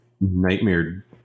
nightmare